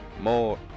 More